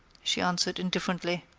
she answered, indifferently.